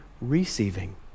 receiving